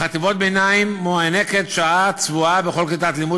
בחטיבות הבינים מוענקת שעה צבועה בכל כיתת לימוד